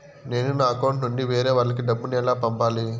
నేను నా అకౌంట్ నుండి వేరే వాళ్ళకి డబ్బును ఎలా పంపాలి?